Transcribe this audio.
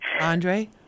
Andre